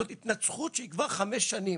זאת התנצחות שהיא כבר חמש שנים,